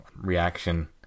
reaction